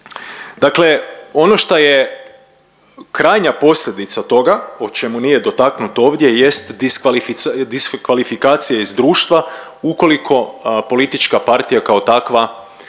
Dakle, ono šta je krajnja posljedica toga o čemu nije dotaknuto ovdje jest diskvalifikacija iz društva ukoliko politička partija kao takva